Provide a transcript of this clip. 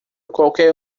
qualquer